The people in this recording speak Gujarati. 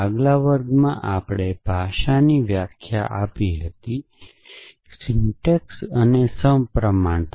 આગલા વર્ગમાં આપણે ભાષાની વ્યાખ્યા આપી હતી સિન્ટેક્સ અને સપ્રમાણતા